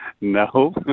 No